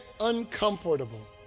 uncomfortable